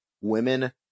women